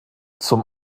zum